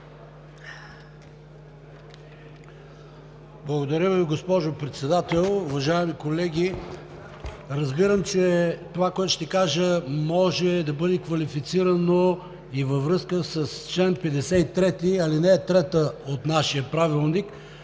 Благодаря Ви, госпожо Председател. Уважаеми колеги, разбирам, че това, което ще кажа, може да бъде квалифицирано и във връзка с чл. 53, ал. 3 от нашия правилник,